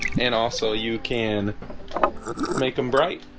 and also you can make them bright,